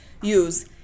use